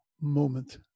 moment